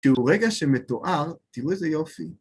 כי ברגע שמתואר, תראו איזה יופי.